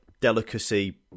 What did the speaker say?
delicacy